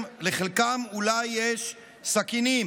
ולחלקם אולי יש סכינים.